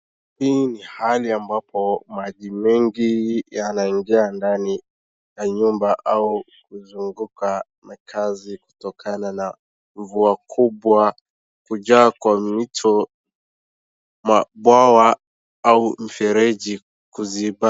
Hii ni hali ambapo maji mengi yanaingia ndani ya nyumba au kuzunguka makazi kutokana na mvua kubwa, kujaa kwa mito, mabwawa au mifereji